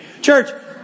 Church